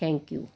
thank you